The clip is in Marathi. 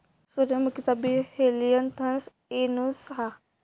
सूर्यमुखीचा बी हेलियनथस एनुस हा